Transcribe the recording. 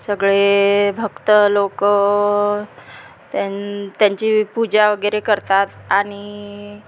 सगळे भक्त लोक त्यां त्यांची पूजा वगैरे करतात आणि